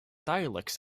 dialects